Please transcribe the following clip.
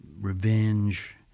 revenge